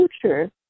future